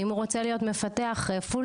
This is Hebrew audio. אם הוא רוצה להיות מפתח פולסטק,